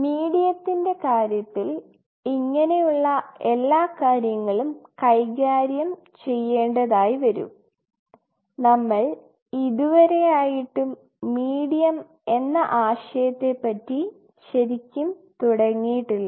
മീഡിയത്തിൻറെ കാര്യത്തിൽ ഇങ്ങനെയുള്ള എല്ലാ കാര്യങ്ങളും കൈകാര്യം ചെയ്യേണ്ടതായി വരും നമ്മൾ ഇതുവരെയായിട്ടും മീഡിയം എന്ന ആശയത്തെ പറ്റി ശരിക്കും തുടങ്ങിയിട്ടില്ല